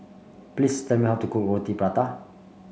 please tell me how to cook Roti Prata